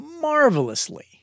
marvelously